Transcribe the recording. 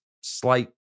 slight